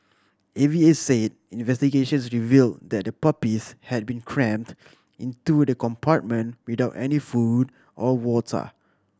A V A said investigations revealed that the puppies had been crammed into the compartment without any food or water